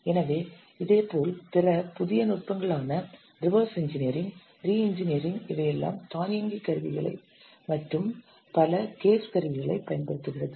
எனவே இதேபோல் பிற புதிய நுட்பங்களான ரிவர்ஸ் இன்ஜினியரிங் ரீ இன்ஜினியரிங் இவையெல்லாம் தானியங்கு கருவிகளைப் மற்றும் பல case கருவிகளைப் பயன்படுத்துகிறது